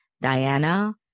Diana